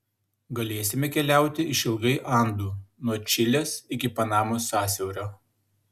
galėsime keliauti išilgai andų nuo čilės iki panamos sąsiaurio